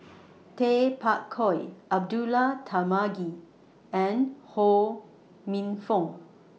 Tay Bak Koi Abdullah Tarmugi and Ho Minfong